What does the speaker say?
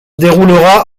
déroulera